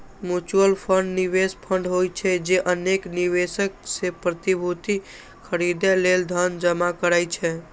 mutual fund निवेश fund होइ छै, जे अनेक निवेशक सं प्रतिभूति खरीदै लेल धन जमा करै छै